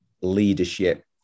leadership